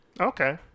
Okay